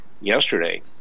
yesterday